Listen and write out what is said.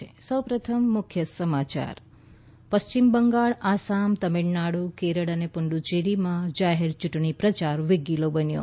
ત પશ્ચિમ બંગાળ આસામ તમિળનાડુ કેરળ અને પુડુચ્ચેરીમાં જાહેર યુંટણી પ્રયાર વેગીલો બન્યો